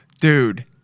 Dude